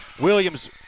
Williams